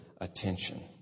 attention